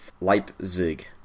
Leipzig